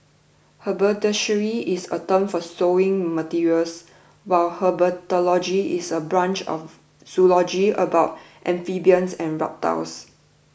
haberdashery is a term for sewing materials while herpetology is a branch of zoology about amphibians and reptiles